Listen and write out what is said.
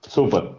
Super